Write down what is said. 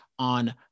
On